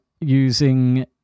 using